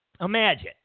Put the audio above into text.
Imagine